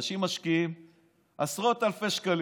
אנשים משקיעים עשרות אלפי שקלים,